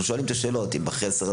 אנחנו שואלים את השאלות לגבי החוסר,